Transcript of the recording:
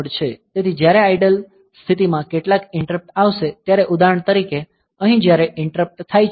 તેથી જ્યારે આઇડલ સ્થિતિમાં કેટલાક ઈંટરપ્ટ આવશે ત્યારે ઉદાહરણ તરીકે અહીં જ્યારે ઈંટરપ્ટ થાય છે